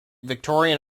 victorian